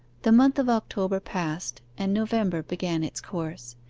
the month of october passed, and november began its course.